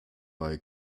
bei